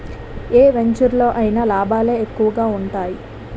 ఏ వెంచెరులో అయినా లాభాలే ఎక్కువగా ఉంటాయి